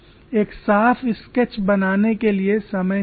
एक साफ स्केच बनाने के लिए समय निकालें